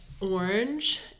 orange